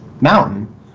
mountain